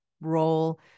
role